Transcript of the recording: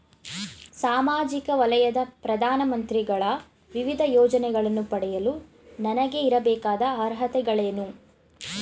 ಸಾಮಾಜಿಕ ವಲಯದ ಪ್ರಧಾನ ಮಂತ್ರಿಗಳ ವಿವಿಧ ಯೋಜನೆಗಳನ್ನು ಪಡೆಯಲು ನನಗೆ ಇರಬೇಕಾದ ಅರ್ಹತೆಗಳೇನು?